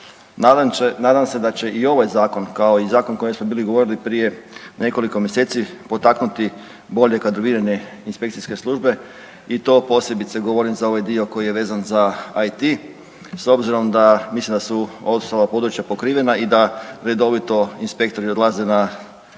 nadam se da će i ovaj zakon kao i zakon o kojem smo bili govorili prije nekoliko mjeseci potaknuti bolje kadroviranje inspekcijske službe i to posebice govorim za ovaj dio koji je vezan za IT s obzirom da mislim da su ostala područja pokrivena i da redovito inspektori odlaze na